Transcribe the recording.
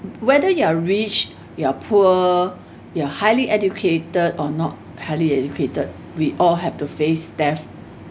whether you're rich you're poor you're highly educated or not highly educated we all have to face death